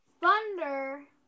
Thunder